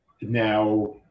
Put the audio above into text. Now